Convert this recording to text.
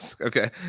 Okay